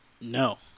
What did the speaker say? no